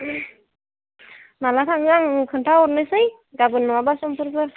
माब्ला थाङो आं खिन्थाहरनोसै गाबोन नङाबा समफोरफोर